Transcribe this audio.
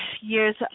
years